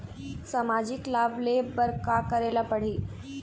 सामाजिक लाभ ले बर का करे ला पड़ही?